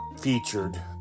featured